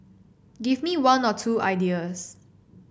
give me one or two ideas